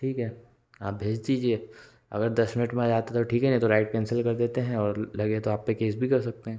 ठीक है आप भेज दीजिए अगर दस मिनट में आ जाता तो ठीक है नहीं तो राइड कैंसिल कर देते हैं और लगे तो आप पे केस भी कर सकते हैं